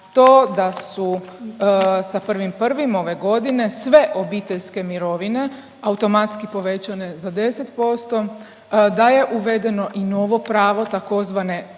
to da su sa 1.1. ove godine sve obiteljske mirovine automatski povećane za 10%, da je uvedeno i novo pravo tzv.